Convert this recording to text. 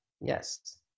yes